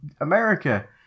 America